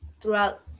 throughout